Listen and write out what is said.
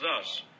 thus